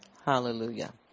Hallelujah